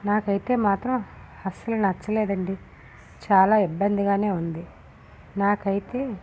నాకైతే మాత్రం అస్సలు నచ్చలేదు అండి చాలా ఇబ్బందిగానే ఉంది నాకు అయితే